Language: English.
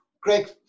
Greg